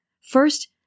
First